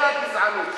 זה הגזענות שלך.